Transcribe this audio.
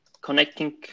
connecting